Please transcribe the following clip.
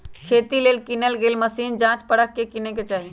खेती लेल किनल गेल मशीन जाच परख के किने चाहि